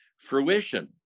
fruition